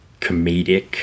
comedic